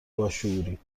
باشعوری